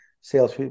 sales